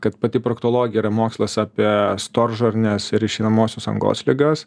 kad pati proktologija yra mokslas apie storžarnės ir išeinamosios angos ligas